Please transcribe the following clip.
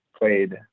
Played